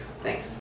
Thanks